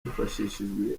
hifashishijwe